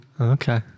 Okay